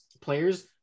players